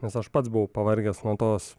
nes aš pats buvau pavargęs nuo tos